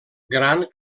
gran